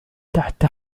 تحت